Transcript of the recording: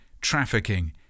trafficking